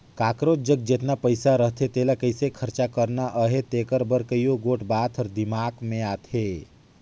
काकरोच जग जेतना पइसा रहथे तेला कइसे खरचा करना अहे तेकर बर कइयो गोट बात हर दिमाक में आथे